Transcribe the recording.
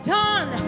done